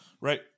Right